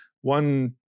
one